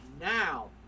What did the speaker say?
now